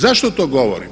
Zašto to govorim?